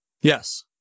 Yes